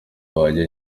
wajya